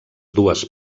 dues